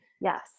Yes